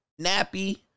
nappy